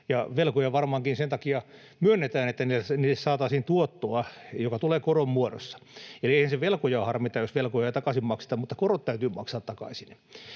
velkoja varmaankin sen takia myönnetään, että niille saataisiin tuottoa, joka tulee koron muodossa. Eli eihän se velkojaa harmita, jos velkoja ei takaisin makseta, mutta korot täytyy maksaa takaisin.